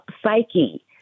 psyche